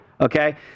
Okay